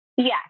Yes